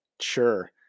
Sure